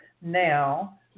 now